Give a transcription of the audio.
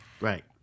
Right